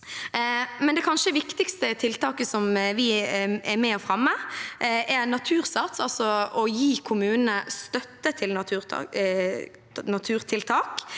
viktigste tiltaket vi er med på å fremme, er Natursats, altså å gi kommunene støtte til naturtiltak.